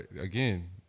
again